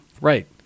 Right